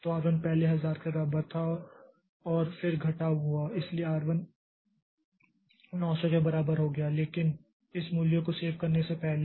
तो R 1 पहले 1000 के बराबर था और फिर घटाव हुआ इसलिए R 1 900 के बराबर हो गया लेकिन इस मूल्य को सेव करने से पहले